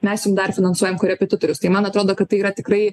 mes jum dar finansuojam korepetitorius tai man atrodo kad tai yra tikrai